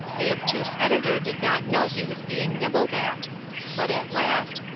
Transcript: the obtuse editor did not know he was being nibbled at but at last,